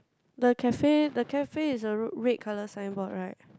the cafe the cafe is the red colour signboard right